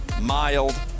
mild